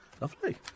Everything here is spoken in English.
Lovely